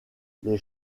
les